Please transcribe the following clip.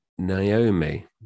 Naomi